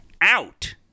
out